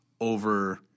Over